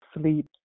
sleep